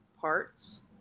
parts